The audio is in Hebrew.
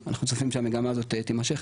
אנחנו צופים שהמגמה הזאת תימשך,